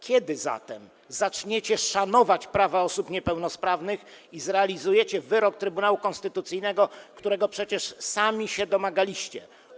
Kiedy zatem zaczniecie szanować prawa osób niepełnosprawnych i zrealizujecie wyrok Trybunału Konstytucyjnego, którego przecież sami się domagaliście?